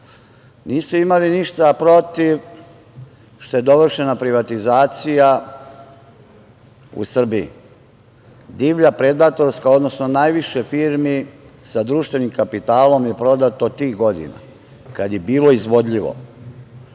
imali ništa protiv što je dovršena privatizacija u Srbiji, divlja, predatorska, odnosno najviše firmi sa društvenim kapitalom je prodato tih godina, kada je bilo izvodljivo